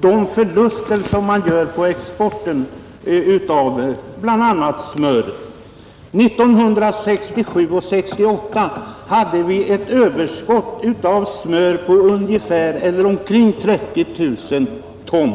de förluster som man gör på exporten av bl, a. smör. Åren 1967 och 1968 hade vi ett överskott av smör på omkring 30 000 ton.